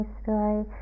story